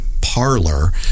parlor